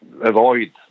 avoid